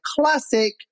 Classic